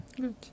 Good